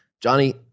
Johnny